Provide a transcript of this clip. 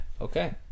Okay